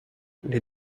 les